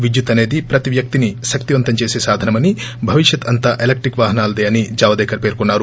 విద్యుత్తు అనేది ప్రతి వ్యక్తిని శక్తివంతం చేసే సాధనమని భవిష్యత్ అంతా ఎలక్టిక్ వాహనాలదే అని జావ్ దేకర్ పేర్కొన్నారు